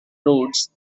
roads